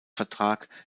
vertrag